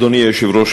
אדוני היושב-ראש,